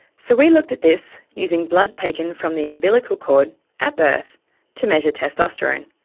so we looked at this using blood taken from the umbilical cord at birth to measure testosterone,